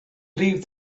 leave